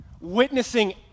witnessing